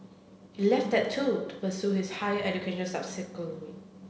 he left that too to pursue his higher education subsequently